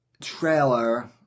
trailer